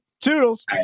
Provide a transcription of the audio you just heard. Toodles